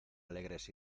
alegres